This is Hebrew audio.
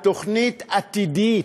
על תוכנית עתידית.